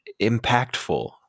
impactful